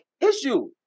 issue